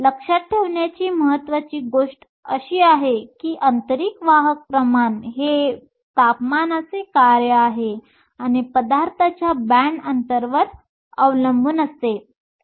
लक्षात ठेवण्याची महत्वाची गोष्ट अशी आहे की आंतरिक वाहक प्रमाण हे तापमानाचे कार्य आहे आणि पदार्थाच्या बँड अंतरवर अवलंबून असते